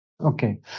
Okay